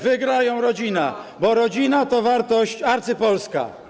Wygra ją rodzina, bo rodzina to wartość arcypolska.